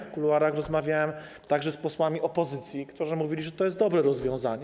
W kuluarach rozmawiałem także z posłami opozycji, którzy mówili, że to jest dobre rozwiązanie.